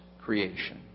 creation